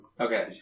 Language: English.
Okay